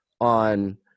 on